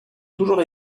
toujours